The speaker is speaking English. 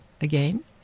again